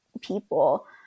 people